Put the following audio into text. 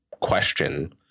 question